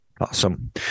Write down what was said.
Awesome